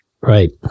Right